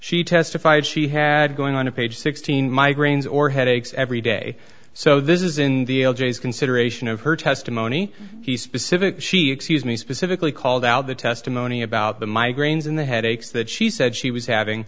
she testified she had going on a page sixteen migraines or headaches every day so this is in the consideration of her testimony he specific she excuse me specifically called out the testimony about the migraines and the headaches that she said she was having